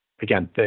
again